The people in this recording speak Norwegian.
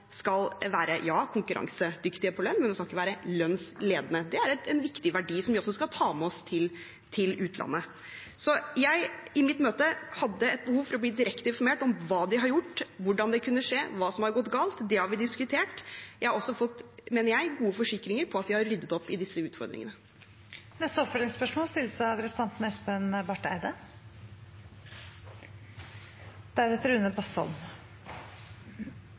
skal være konkurransedyktige på lønn – ja – men man skal ikke være lønnsledende. Det er en viktig verdi som vi også skal ta med oss til utlandet. Jeg hadde i mitt møte et behov for å bli direkte informert om hva de har gjort, hvordan det kunne skje, og hva som har gått galt. Det har vi diskutert. Jeg mener også at jeg har fått gode forsikringer på at de har ryddet opp i disse utfordringene. Espen Barth Eide – til oppfølgingsspørsmål.